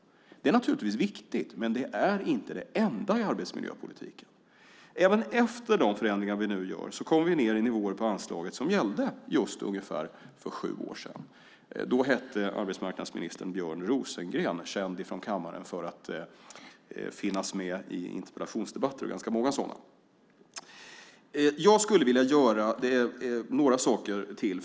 Det är naturligtvis viktigt, men det är inte det enda i arbetsmiljöpolitiken. Även efter de förändringar som vi nu gör kommer vi ned i nivåer på anslaget som gällde för ungefär sju år sedan. Då hette arbetsmarknadsministern Björn Rosengren, känd från kammaren för att finnas med i ganska många interpellationsdebatter. Jag skulle vilja göra några saker till.